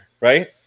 right